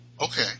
okay